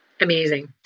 Amazing